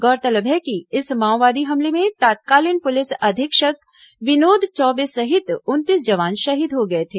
गौरतलब है कि इस माओवादी हमले में तत्कालीन पुलिस अधीक्षक विनोद चौबे सहित उनतीस जवान शहीद हो गए थे